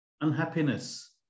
unhappiness